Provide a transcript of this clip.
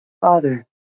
Father